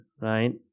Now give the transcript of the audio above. right